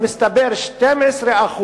מסתבר ש-12%